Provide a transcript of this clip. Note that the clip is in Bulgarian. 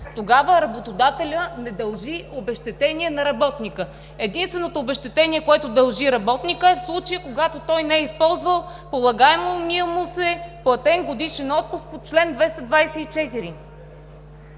тогава работодателят не дължи обезщетение на работника. Единственото обезщетение, което дължи работникът, е в случая, когато не е използвал полагаемия му се платен годишен отпуск по чл. 224.